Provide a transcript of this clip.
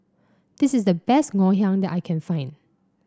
this is the best Ngoh Hiang that I can find